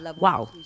wow